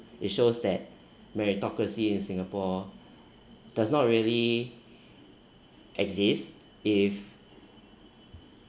it shows that meritocracy in singapore does not really exist if